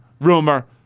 rumor